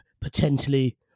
potentially